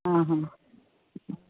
आं हां